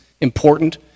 important